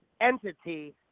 entity